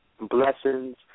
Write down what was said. Blessings